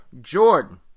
Jordan